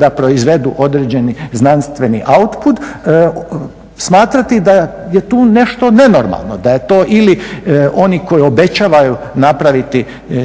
da proizvedu određeni znanstveni output smatrati da je tu nešto nenormalno, da je to ili oni koji obećavaju napraviti